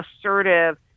assertive